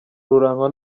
rurangwa